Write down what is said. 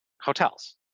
hotels